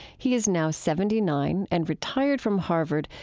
he is now seventy nine and retired from harvard,